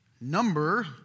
Number